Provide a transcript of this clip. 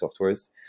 softwares